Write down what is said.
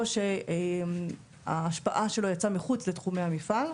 או שההשפעה שלו יצאה מחוץ לתחומי המפעל,